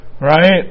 right